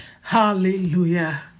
Hallelujah